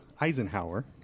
Eisenhower